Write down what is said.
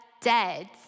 dead